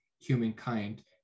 humankind